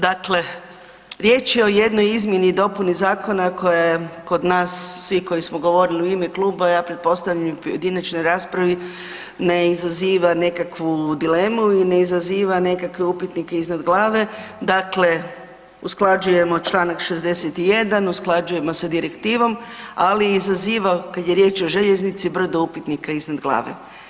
Dakle, riječ je o jednoj izmjeni i dopuni zakona koja je kod nas svi koji smo govorili u ime kluba, ja pretpostavljam i u pojedinačnoj raspravi ne izaziva nekakvu dilemu i ne izaziva nekakve upitnike iznad glave, dakle usklađujemo čl. 61. usklađujemo sa direktivom, ali izaziva kada je riječ o željeznici brdo upitnika iznad glave.